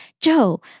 Joe